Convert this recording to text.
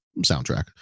soundtrack